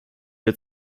wir